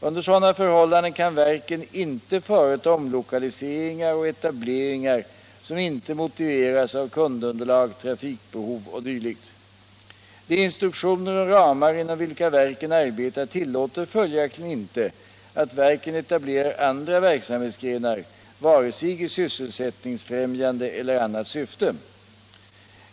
Under sådana förhållanningen i Kisa den kan verken inte företa omlokaliseringar och etableringar som inte motiveras av kundunderlag, trafikbehov o. d. De instruktioner och ramar inom vilka verken arbetar tillåter följaktligen inte att verken etablerar andra verksamhetsgrenar vare sig i sysselsättningsfrämjande eller annat syfte.